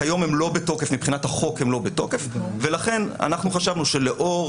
כיום מבחינת החוק הם לא בתוקף ולכן אנחנו חשבנו שלאור